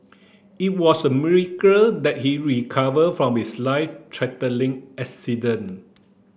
it was a miracle that he recover from his life threatening accident